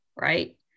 right